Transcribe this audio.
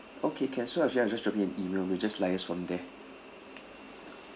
okay can so actually I'll just drop you an email we just liaise from there